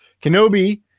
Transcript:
Kenobi